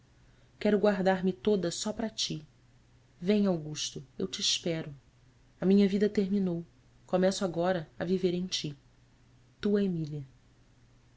teu quero guardar me toda só para ti vem augusto eu te espero a minha vida terminou começo agora a viver em ti tua emília